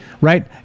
right